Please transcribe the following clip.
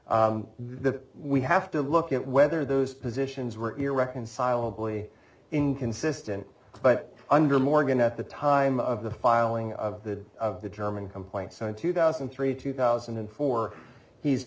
crystal that we have to look at whether those positions were irreconcilably inconsistent but under morgan at the time of the filing of the of the german complaint so in two thousand and three two thousand and four he's